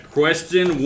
question